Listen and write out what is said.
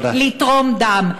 לתרום דם.